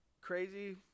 crazy